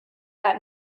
that